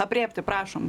aprėpti prašom